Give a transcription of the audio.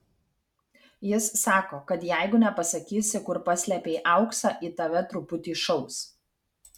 jis sako kad jeigu nepasakysi kur paslėpei auksą į tave truputį šaus